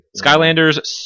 Skylanders